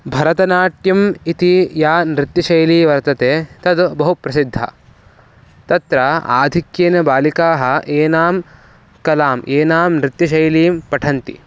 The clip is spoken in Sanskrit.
भरतनाट्यम् इति या नृत्यशैली वर्तते तद् बहु प्रसिद्धा तत्र आधिक्येन बालिकाः एनां कलाम् एनाम् नृत्यशैलीं पठन्ति